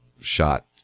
shot